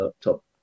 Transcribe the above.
top